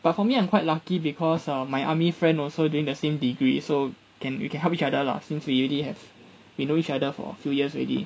but for me I am quite lucky because of my army friend also doing the same degree so can you can help each other lah since you already have we know each other for a few years already